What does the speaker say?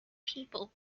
people